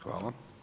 Hvala.